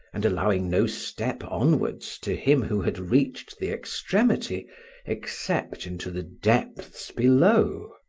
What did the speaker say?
and allowing no step onwards to him who had reached the extremity except into the depths below.